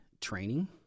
training